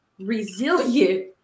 resilient